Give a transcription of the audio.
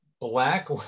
black